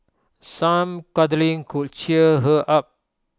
some cuddling could cheer her up